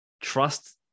trust